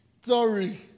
sorry